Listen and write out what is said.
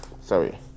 Sorry